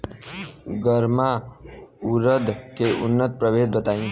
गर्मा उरद के उन्नत प्रभेद बताई?